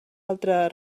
altre